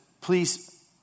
Please